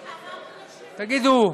תגידו,